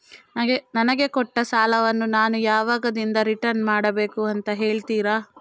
ನನಗೆ ಕೊಟ್ಟ ಸಾಲವನ್ನು ನಾನು ಯಾವಾಗದಿಂದ ರಿಟರ್ನ್ ಮಾಡಬೇಕು ಅಂತ ಹೇಳ್ತೀರಾ?